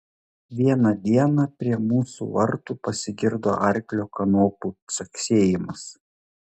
vieną dieną prie mūsų vartų pasigirdo arklio kanopų caksėjimas